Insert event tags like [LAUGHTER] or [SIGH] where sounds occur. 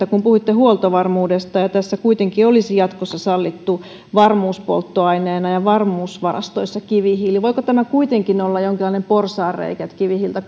[UNINTELLIGIBLE] kun puhuitte huoltovarmuudesta ja tässä kuitenkin olisi jatkossa sallittu varmuuspolttoaineena ja varmuusvarastoissa kivihiili voiko tämä kuitenkin olla jonkinlainen porsaanreikä että kivihiiltä [UNINTELLIGIBLE]